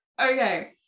Okay